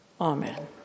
Amen